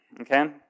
okay